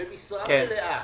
במשרה מלאה